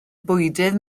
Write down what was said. bwydydd